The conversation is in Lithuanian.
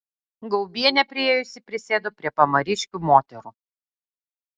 gaubienė priėjusi prisėdo prie pamariškių moterų